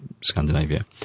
Scandinavia